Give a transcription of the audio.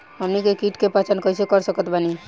हमनी के कीट के पहचान कइसे कर सकत बानी?